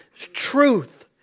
Truth